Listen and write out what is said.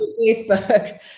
Facebook